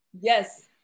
Yes